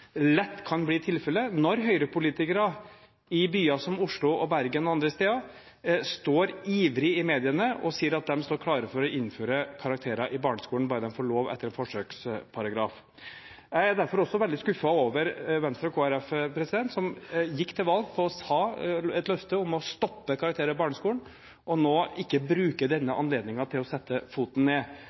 lett kan bli tilfellet når Høyre-politikere i byer som Oslo og Bergen og andre ivrig sier i mediene at de står klare til å innføre karakterer i barneskolen, bare de får lov etter en forsøksparagraf. Jeg er derfor også veldig skuffet over Venstre og Kristelig Folkeparti, som gikk til valg på et løfte om å stoppe karakterer i barneskolen, og som nå ikke bruker denne anledningen til å sette foten ned.